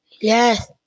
Yes